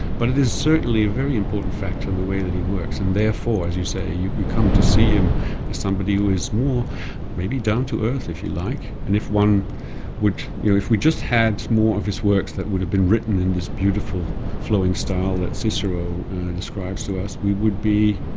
but it is certainly a very important factor in the way that he works, and therefore, as you say, you you come to see him as somebody who is more maybe down to earth if you like. and if one would if we just had more of his works that would have been written in this beautiful flowing style that cicero describes to us, we would be